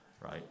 right